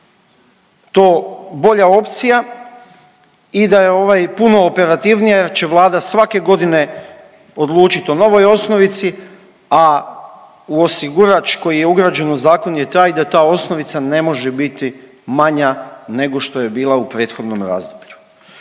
to bolja opcija i da je puno operativnije jer će Vlada svake godine odlučiti o novoj osnovici, a osigurač koji je ugrađen u Zakon je taj da ta osnovica ne može biti manja nego što je bila u prethodnom razdoblju.